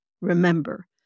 Remember